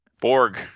Borg